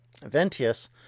Ventius